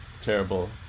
terrible